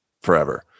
forever